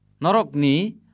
Norokni